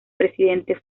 presidente